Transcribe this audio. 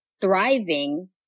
thriving